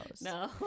No